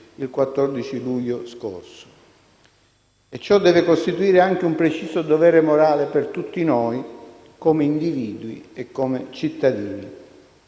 il 14 luglio scorso. Ciò deve costituire anche un preciso dovere morale per tutti noi, come individui e come cittadini.